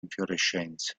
infiorescenze